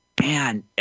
man